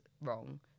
wrong